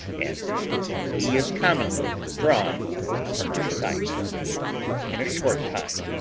and he is commonly withdrawn from our sight in a short time.